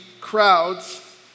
crowds